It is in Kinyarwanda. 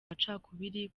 macakubiri